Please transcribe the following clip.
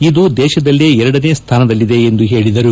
ಇದು ದೇಶದಲ್ಲೇ ಎರಡನೇ ಸ್ಥಾನದಲ್ಲಿದೆ ಎಂದು ಹೇಳಿದರು